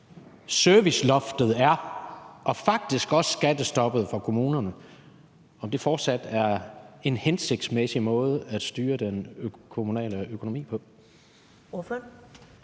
serviceloftet og faktisk også skattestoppet er for kommunerne, fortsat er en hensigtsmæssig måde at styre den kommunale økonomi på.